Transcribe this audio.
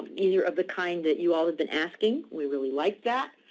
either of the kind that you all have been asking, we really like that.